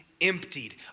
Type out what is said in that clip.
emptied